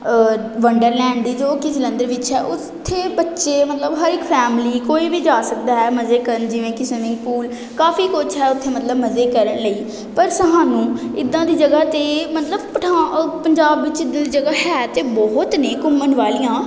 Wonderland ਦੀ ਜੋ ਕਿ ਜਲੰਧਰ ਵਿੱਚ ਹੈ ਉੱਥੇ ਬੱਚੇ ਮਤਲਬ ਹਰ ਇੱਕ ਫੈਮਲੀ ਕੋਈ ਵੀ ਜਾ ਸਕਦਾ ਹੈ ਮਜ਼ੇ ਕਰਨ ਜਿਵੇਂ ਕਿ ਸਵਿਮਿੰਗ ਪੂਲ ਕਾਫ਼ੀ ਕੁਛ ਹੈ ਉੱਥੇ ਮਤਲਬ ਮਜ਼ੇ ਕਰਨ ਲਈ ਪਰ ਸਾਨੂੰ ਇੱਦਾਂ ਦੀ ਜਗ੍ਹਾ 'ਤੇ ਮਤਲਬ ਪਠਾ ਪੰਜਾਬ ਵਿੱਚ ਇੱਦਾਂ ਦੀ ਜਗ੍ਹਾ ਹੈ ਤਾਂ ਬਹੁਤ ਨੇ ਘੁੰਮਣ ਵਾਲੀਆਂ